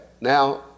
now